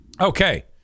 Okay